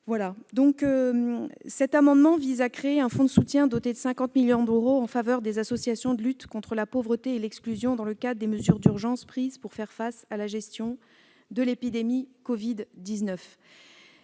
situation. Cet amendement vise à créer un fonds de soutien doté de 50 millions d'euros en faveur des associations de lutte contre la pauvreté et l'exclusion dans le cadre des mesures d'urgence prises pour faire face à la gestion de l'épidémie de covid-19.